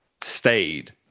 stayed